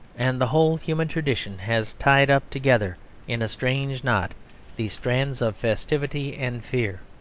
and the whole human tradition has tied up together in a strange knot these strands of festivity and fear.